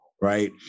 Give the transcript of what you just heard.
right